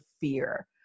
fear